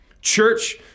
Church